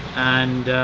and